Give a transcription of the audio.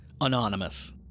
Anonymous